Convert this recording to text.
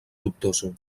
dubtosa